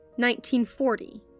1940